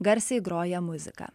garsiai groja muzika